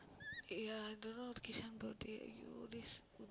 ya I dunno Kishan birthday !aiyo! this